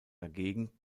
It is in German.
dagegen